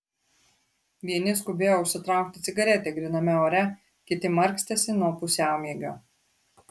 vieni skubėjo užsitraukti cigaretę gryname ore kiti markstėsi nuo pusiaumiegio